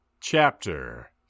Chapter